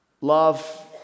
Love